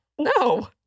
No